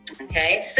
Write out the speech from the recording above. Okay